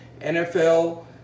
NFL